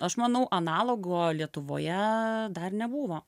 aš manau analogo lietuvoje dar nebuvo